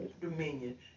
dominion